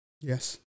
yes